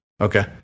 Okay